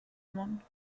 món